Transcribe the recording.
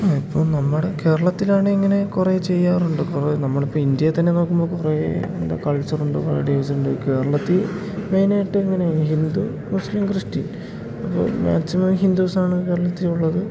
ഇപ്പോൾ നമ്മുടെ കേരളത്തിലാണെങ്കിൽ ഇങ്ങനെ കുറേ ചെയ്യാറുണ്ട് കുറേ നമ്മളിപ്പോൾ ഇന്ത്യയിൽ തന്നെ നോക്കുമ്പോൾ കുറേ എന്താ കൾച്ചറുണ്ട് കുറേ ഡീസൻ്റ്ലി കേരളത്തിൽ മെയിനായിട്ട് ഇങ്ങനെ ഹിന്ദു മുസ്ലിം ക്രിസ്ത്യൻ അപ്പോൾ മാക്സിമം ഹിന്ദൂസാണ് കേരളത്തിലുള്ളത്